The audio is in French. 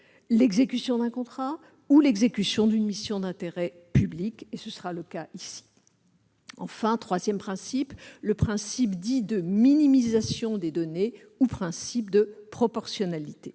l'exécution d'un contrat ou l'exécution d'une mission d'intérêt public- et ce sera le cas ici. Enfin, le troisième principe est celui dit « de minimisation des données » ou « principe de proportionnalité